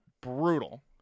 brutal